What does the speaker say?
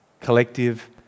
collective